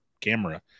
camera